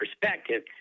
perspective—